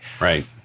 Right